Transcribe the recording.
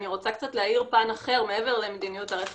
אני רוצה קצת להאיר פן אחר מעבר למדיניות הרכש